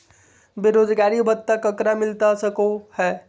बेरोजगारी भत्ता ककरा मिलता सको है?